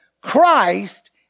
Christ